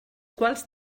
quals